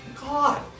God